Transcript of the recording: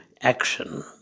action